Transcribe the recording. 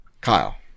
Kyle